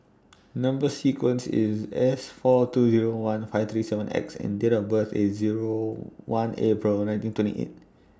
Number sequence IS S four two Zero one five three seven X and Date of birth IS Zero one April nineteen twenty eight